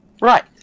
Right